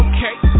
Okay